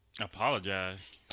Apologize